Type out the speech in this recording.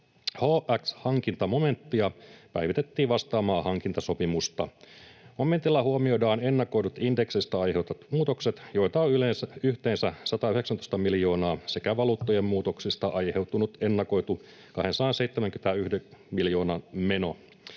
HX-hankintamomenttia päivitettiin vastaamaan hankintasopimusta. Momentilla huomioidaan ennakoidut, indekseistä aiheutuvat muutokset, joita on yhteensä 119 miljoonaa, sekä valuuttojen muutoksista aiheutunut ennakoitu 271 miljoonan meno.